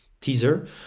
Teaser